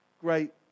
great